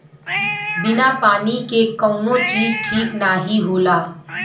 बिना पानी के कउनो चीज ठीक नाही होला